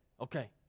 Okay